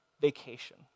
vacation